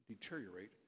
deteriorate